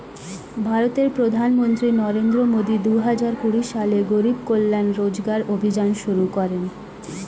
ভারতের প্রধানমন্ত্রী নরেন্দ্র মোদি দুহাজার কুড়ি সালে গরিব কল্যাণ রোজগার অভিযান শুরু করেন